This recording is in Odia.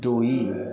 ଦୁଇ